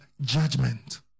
judgment